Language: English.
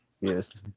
Yes